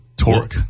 torque